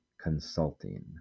consulting